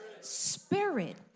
Spirit